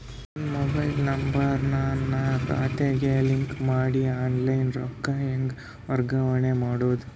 ನನ್ನ mobile number ನನ್ನ ಖಾತೆಗೆ ಲಿಂಕ್ ಮಾಡಿ ಆನ್ಲೈನ್ ರೊಕ್ಕ ಹೆಂಗ ವರ್ಗಾವಣೆ ಮಾಡೋದು?